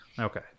Okay